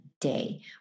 day